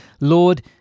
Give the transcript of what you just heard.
Lord